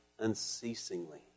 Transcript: unceasingly